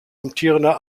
amtierender